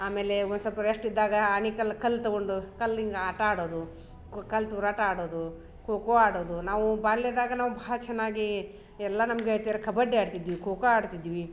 ಆಮೇಲೆ ಒಂದು ಸೊಲ್ಪ ರೆಷ್ಟ್ ಇದ್ದಾಗ ಆನಿಕಲ್ಲು ಕಲ್ಲು ತಗೊಂಡು ಕಲ್ಲು ಹಿಂಗ ಆಟ ಆಡೋದು ಕು ಕಲ್ಲು ತೂರಾಟ ಆಡೋದು ಖೋ ಖೋ ಆಡೋದು ನಾವು ಬಾಲ್ಯದಾಗ ನಾವು ಭಾಳ ಎಲ್ಲ ನಮ್ಮ ಗೆಳ್ತಿಯರು ಕಬಡ್ಡಿ ಆಡ್ತಿದ್ವಿ ಖೋ ಖೋ ಆಡ್ತಿದ್ವಿ